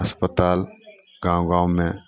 अस्पताल गाँव गाँवमे